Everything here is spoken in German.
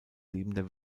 lebender